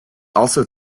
also